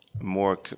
more